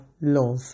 love